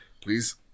please